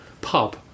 pub